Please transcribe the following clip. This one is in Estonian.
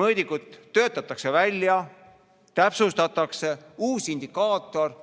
mõõdikuid töötatakse välja, täpsustatakse, on uus indikaator,